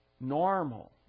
normal